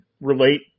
relate